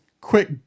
quick